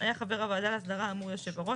היה חבר הוועדה להסדרה אמור יושב הראש